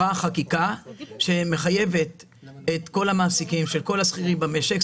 בנובמבר 2020 עברה חקיקה שמחייבת את כל המעסיקים של כל השכירים במשק,